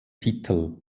titel